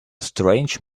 strange